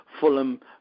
Fulham